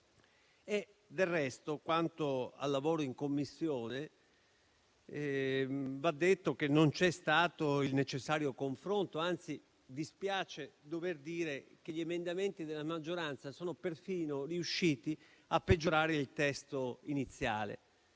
Del resto, quanto al lavoro in Commissione, va detto che non c'è stato il necessario confronto e, anzi, dispiace dover dire che gli emendamenti della maggioranza sono perfino riusciti a peggiorare il testo iniziale.